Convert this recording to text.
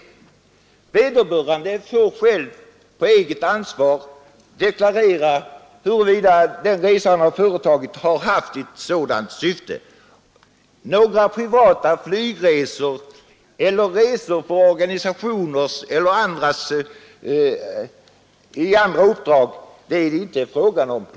Vederbörande får själv under ansvar deklarera huruvida den resa han företagit haft syfte som är betingat av riksdagsmannauppdraget. Några privata flygresor eller resor för företags eller kommuners räkning eller i andra uppdrag är det inte fråga om.